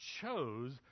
chose